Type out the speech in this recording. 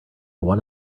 won